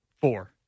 four